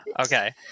Okay